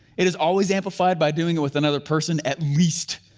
it is always amplified by doing it with another person at least,